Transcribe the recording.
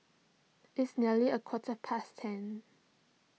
its nearly a quarter past ten